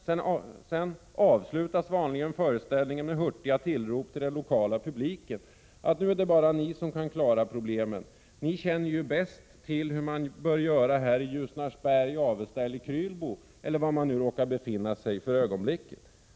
Sedan avslutas vanligen föreställningen med hurtiga tillrop till den lokala publiken, att ”nu är det bara ni som kan klara problemen — ni känner ju bäst till hur man bör göra här i Ljusnarsberg, Avesta och Krylbo”, eller var teatersällskapet råkar befinna sig för ögonblicket.